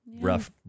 rough